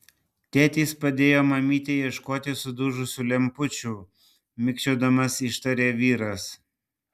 tėtis padėjo mamytei ieškoti sudužusių lempučių mikčiodamas ištarė vyras